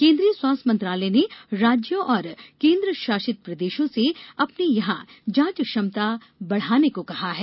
केन्द्रीय स्वास्थ्य मंत्रालय ने राज्यों और केन्द्र शासित प्रदेशों से अपने यहां जांच क्षमता बढ़ाने को कहा है